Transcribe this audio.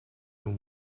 your